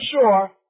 sure